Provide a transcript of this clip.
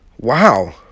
wow